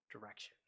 direction